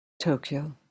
Tokyo